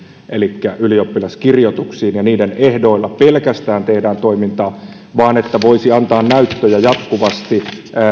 elikkä ylioppilaskirjoituksiin ja pelkästään niiden ehdoilla tehdään toimintaa vaan voisi antaa näyttöjä jatkuvasti